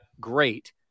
great